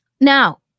Now